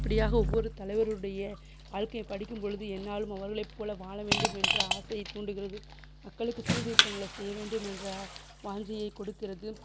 அப்படியாக ஒவ்வொரு தலைவருடைய வாழ்க்கையை படிக்கும்பொழுது என்னாலும் அவர்களை போல் வாழவேண்டும் என்று ஆசையை தூண்டுகிறது மக்களுக்கு சீர்திருத்தங்களை செய்யவேண்டும் என்ற வாஞ்சையை கொடுக்கிறது